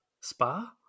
Spa